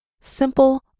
simple